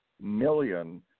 million